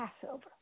Passover